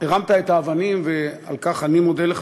הרמת את האבנים, ועל כך אני מודה לך.